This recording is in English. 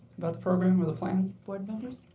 about the program or the plan? board members?